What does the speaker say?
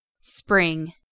Spring